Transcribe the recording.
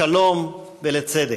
לשלום ולצדק.